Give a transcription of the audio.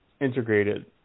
integrated